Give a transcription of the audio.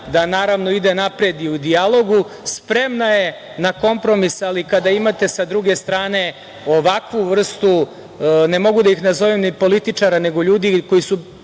da ide napred u dijalogu, spremna je na kompromis, ali kada imate sa druge strane ovakvu vrstu, ne mogu da ih nazovem ni političara, nego ljudi koji su,